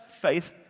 faith